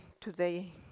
today